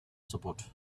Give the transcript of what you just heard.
support